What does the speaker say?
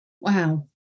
Wow